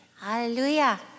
Hallelujah